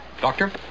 Doctor